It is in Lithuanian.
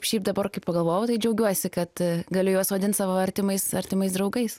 šiaip dabar kai pagalvojau tai džiaugiuosi kad galiu juos vadint savo artimais artimais draugais